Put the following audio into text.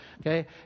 okay